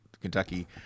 kentucky